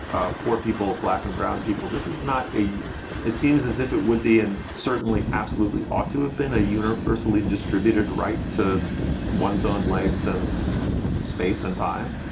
ah poor people, black and brown people. this is not a it seems as if it would be and certainly absolutely ought to have been a universally distributed right to one's own legs and space and time.